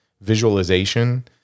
visualization